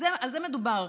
על זה מדובר,